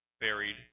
buried